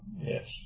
Yes